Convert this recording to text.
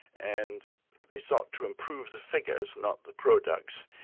and they start to improve the figures, not the products,